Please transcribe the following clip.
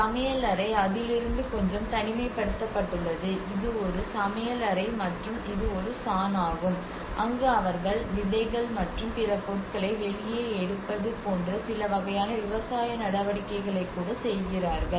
சமையலறை அதிலிருந்து கொஞ்சம் தனிமைப்படுத்தப்பட்டுள்ளது இது ஒரு சமையலறை மற்றும் இது ஒரு சான் ஆகும் அங்கு அவர்கள் விதைகள் மற்றும் பிற பொருட்களை வெளியே எடுப்பது போன்ற சில வகையான விவசாய நடவடிக்கைகளை கூட செய்கிறார்கள்